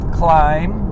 climb